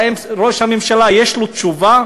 האם לראש הממשלה יש תשובה?